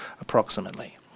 approximately